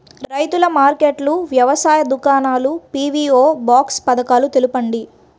రైతుల మార్కెట్లు, వ్యవసాయ దుకాణాలు, పీ.వీ.ఓ బాక్స్ పథకాలు తెలుపండి?